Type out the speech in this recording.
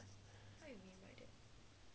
mm